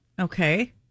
Okay